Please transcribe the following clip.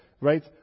Right